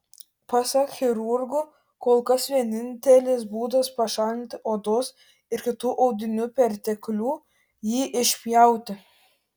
pasak chirurgų kol kas vienintelis būdas pašalinti odos ir kitų audinių perteklių jį išpjauti